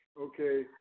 Okay